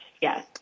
Yes